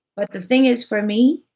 but the thing is, for me,